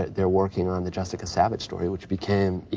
their working on the jessica savitch story, which became, you